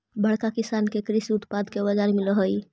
बड़का किसान के कृषि उत्पाद के बाजार मिलऽ हई